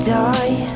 die